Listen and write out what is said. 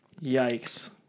Yikes